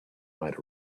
might